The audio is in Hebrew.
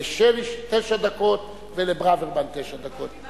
לשלי תשע דקות ולברוורמן תשע דקות.